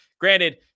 Granted